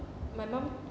my mum